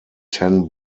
ten